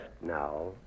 now